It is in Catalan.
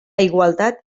igualtat